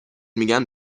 میگن